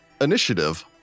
initiative